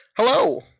Hello